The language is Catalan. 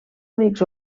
únics